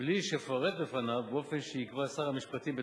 בלי שיפרט בפניו, באופן שיקבע שר המשפטים בתקנות,